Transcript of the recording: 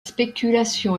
spéculation